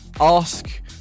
Ask